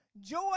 Joy